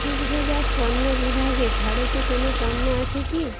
দুগ্ধজাত পণ্য বিভাগে ছাড়েতে কোনও পণ্য আছে কি